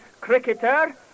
cricketer